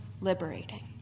liberating